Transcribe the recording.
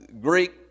Greek